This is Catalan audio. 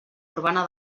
urbana